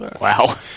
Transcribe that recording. Wow